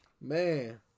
man